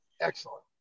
Excellent